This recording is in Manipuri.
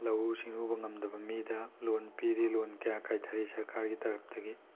ꯂꯧꯎ ꯁꯤꯡꯎꯕ ꯉꯝꯗꯕ ꯃꯤꯗ ꯂꯣꯟ ꯄꯤꯔꯤ ꯂꯣꯟ ꯀꯌꯥ ꯀꯥꯏꯊꯔꯤ ꯁꯔꯀꯥꯔꯒꯤ ꯇꯔꯞꯇꯒꯤ